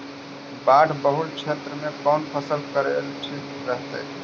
बाढ़ बहुल क्षेत्र में कौन फसल करल ठीक रहतइ?